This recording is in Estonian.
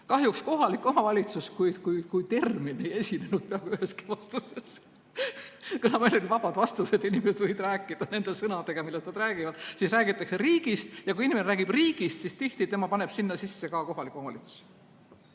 Kahjuks kohalik omavalitsus kui termin ei esinenud peaaegu üheski vastuses. (Naerab.) Kuna meil olid vabad vastused, inimesed võisid rääkida nende sõnadega, milles nad räägivad, siis räägiti riigist, ja kui inimene räägib riigist, siis tihti tema paneb sinna sisse ka kohaliku omavalitsuse.